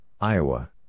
Iowa